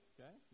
Okay